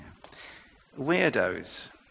weirdos